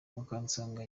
mukansanga